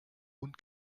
und